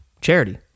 Charity